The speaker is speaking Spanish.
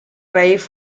raíz